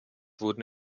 wurden